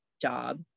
job